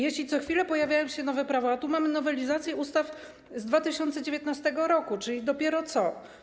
Jeśli co chwilę pojawiają się nowe prawa, a tu mamy nowelizację ustaw z 2019 r., czyli dopiero co.